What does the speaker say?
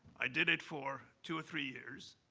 i did it for two or three years.